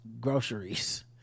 groceries